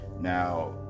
Now